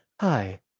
hi